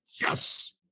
yes